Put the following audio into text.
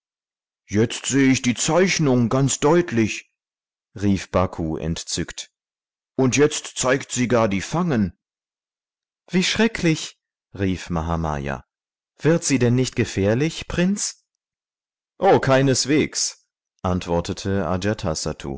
jetzt seh ich die zeichnung ganz deutlich rief baku entzückt und jetzt zeigt sie gar die fangen wie schrecklich rief mahamaya wird sie denn nicht gefährlich prinz o keineswegs antwortete